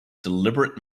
deliberate